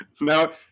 No